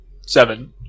Seven